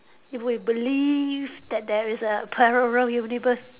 if we believe that there is a parallel universe